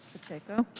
pacheco.